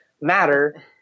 matter